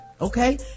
okay